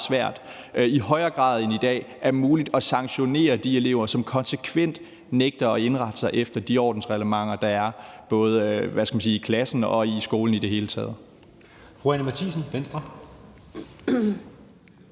skolelærer faktisk er meget svært – at sanktionere de elever, som konsekvent nægter at indrette sig efter det ordensreglement, der er, både i klassen og i skolen i det hele taget.